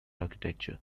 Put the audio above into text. architecture